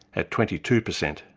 at twenty two percent.